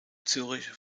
zürich